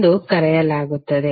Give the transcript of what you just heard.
ಎಂದು ಕರೆಯಲಾಗುತ್ತದೆ